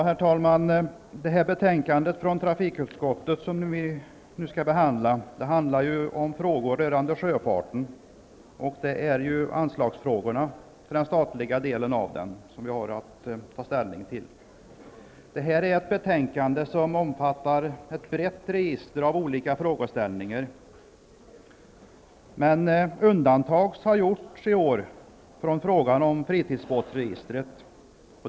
Herr talman! Det betänkande från trafikutskottet som vi nu skall behandla, handlar om frågor rörande sjöfarten. Det är anslag till den statliga delen av sjöfarten som vi har att ta ställning till. Detta betänkande omfattar ett brett register av olika frågeställningar. Men undantag har i år gjorts för fritidsbåtsregistret.